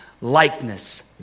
likeness